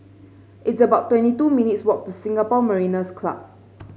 it's about twenty two minutes' walk to Singapore Mariners' Club